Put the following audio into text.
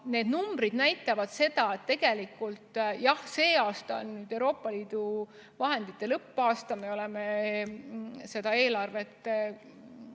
need numbrid näitavad seda, et jah, see aasta on Euroopa Liidu vahendite lõppaasta ja me oleme seda eelarvet